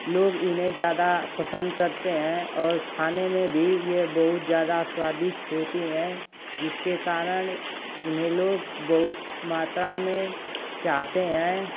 लोग इन्हें ज़्यादा पसन्द करते हैं और खाने में भी यह बहुत ज़्यादा स्वादिष्ट होती हैं जिसके कारण इन्हें लोग बहुत मात्रा में चाहते हैं